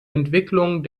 entwicklung